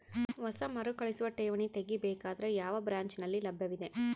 ಹೊಸ ಮರುಕಳಿಸುವ ಠೇವಣಿ ತೇಗಿ ಬೇಕಾದರ ಯಾವ ಬ್ರಾಂಚ್ ನಲ್ಲಿ ಲಭ್ಯವಿದೆ?